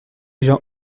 gens